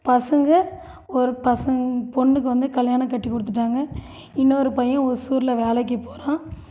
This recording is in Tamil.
பசங்க ஒரு பசங் பொண்ணுக்கு வந்து கல்யாணம் கட்டி கொடுத்துட்டாங்க இன்னொரு பையன் ஓசூரில் வேலைக்கு போகிறான்